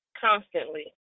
Constantly